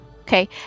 Okay